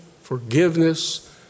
forgiveness